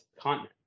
continent